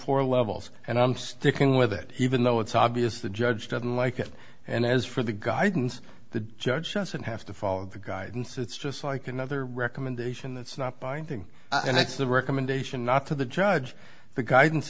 four levels and i'm sticking with it even though it's obvious the judge doesn't like it and as for the guidance the judge doesn't have to follow the guidance it's just like another recommendation that's not binding and it's the recommendation not to the judge the guidance